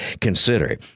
Consider